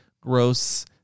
gross